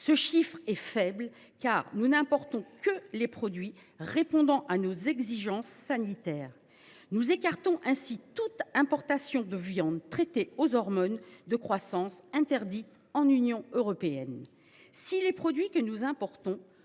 Ce chiffre est très faible, car nous n’importons que des produits satisfaisant à nos exigences sanitaires. Nous écartons ainsi toute importation de viandes traitées aux hormones de croissance, interdites dans l’Union européenne. Si les produits que nous importons